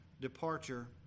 departure